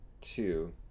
Two